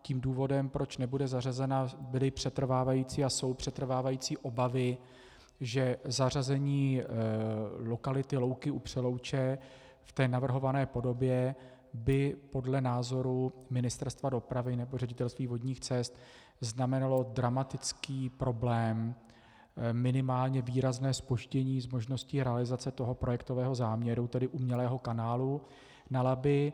Tím důvodem, proč nebude zařazena, byly přetrvávající a jsou přetrvávající obavy, že zařazení lokality Louky u Přelouče v té navrhované podobě by podle názoru Ministerstva dopravy nebo Ředitelství vodních cest znamenalo dramatický problém, minimálně výrazné zpoždění s možností realizace toho projektového záměru, tedy umělého kanálu na Labi.